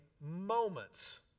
moments